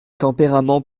tempérament